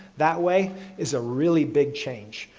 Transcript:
that way is a really big change.